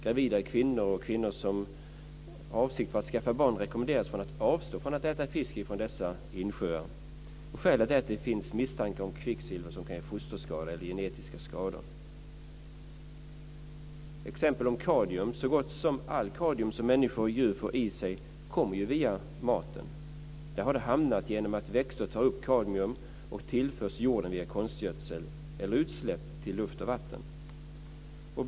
Gravida kvinnor och kvinnor som avser att skaffa barn rekommenderas att avstå från att äta fisk från dessa insjöar. Skälet är att det finns misstankar om kvicksilver som kan ge fosterskador eller genetiska skador. Kadmium är ett exempel. Så gott som all kadmium som människor och djur får i sig kommer ju via maten. Där har det hamnat genom att växter tar upp kadmium som tillförs jorden via konstgödning eller utsläpp i luft och vatten.